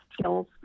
skills